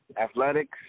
Athletics